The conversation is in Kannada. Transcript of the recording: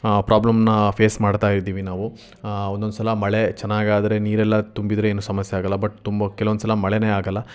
ಪ್ರಾಬ್ಲಮ್ನ ಫೇಸ್ ಮಾಡ್ತಾ ಇದ್ದೀವಿ ನಾವು ಒಂದೊಂದು ಸಲ ಮಳೆ ಚೆನ್ನಾಗಿ ಆದರೆ ನೀರೆಲ್ಲ ತುಂಬಿದರೆ ಏನೂ ಸಮಸ್ಯೆ ಆಗೋಲ್ಲ ಬಟ್ ತುಂಬ ಕೆಲ್ವೊಂದು ಸಲ ಮಳೆನೇ ಆಗೋಲ್ಲ